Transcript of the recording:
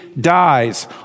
dies